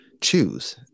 choose